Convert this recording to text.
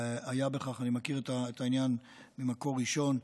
אני מכיר את העניין ממקור ראשון.